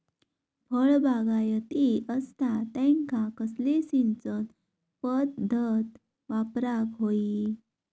फळबागायती असता त्यांका कसली सिंचन पदधत वापराक होई?